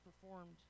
performed